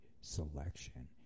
selection